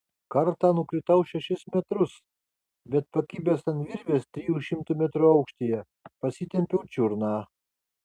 kartą nukritau šešis metrus bet pakibęs ant virvės trijų šimtų metrų aukštyje pasitempiau čiurną